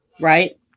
Right